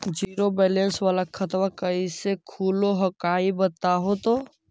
Zero balance वाला खतवा कैसे खुलो हकाई बताहो तो?